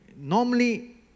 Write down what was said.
normally